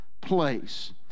place